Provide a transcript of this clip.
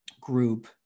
group